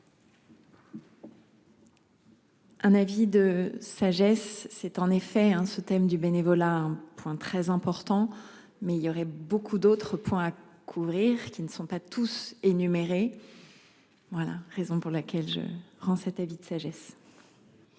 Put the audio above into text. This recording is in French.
Un avis de sagesse. C'est en effet ce thème du bénévolat, point très important, mais il y aurait beaucoup d'autres points à couvrir, qui ne sont pas tous énumérer. Voilà, raison pour laquelle je rends cet avis de sagesse.